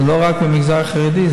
הוא לא רק במגזר החרדי,